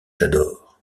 j’adore